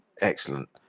excellent